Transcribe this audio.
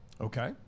okay